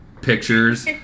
pictures